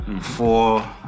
Four